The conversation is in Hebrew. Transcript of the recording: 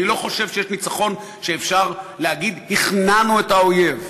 אני לא חושב שיש ניצחון שאפשר להגיד: הכנענו את האויב.